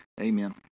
amen